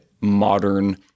modern